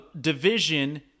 division